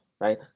right